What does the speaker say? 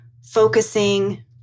focusing